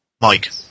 Mike